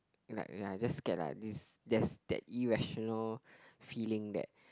like ya just scared lah this there's that irrational feeling that